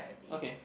okay